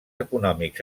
econòmics